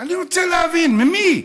אני רוצה להבין, ממי?